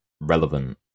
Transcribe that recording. relevant